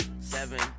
Seven